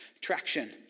traction